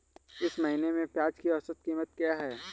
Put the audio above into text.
इस महीने में प्याज की औसत कीमत क्या है?